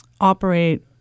operate